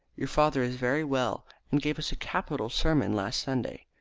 your father is very well, and gave us a capital sermon last sunday.